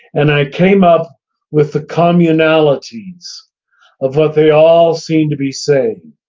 and i came up with the communalities of what they all seemed to be saying.